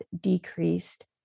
decreased